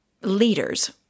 leaders